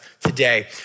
today